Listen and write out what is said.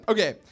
Okay